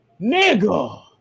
nigga